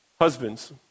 Husbands